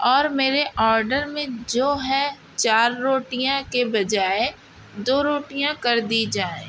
اور میرے آڈر میں جو ہے چار روٹیاں کے بجائے دو روٹیاں کر دی جائیں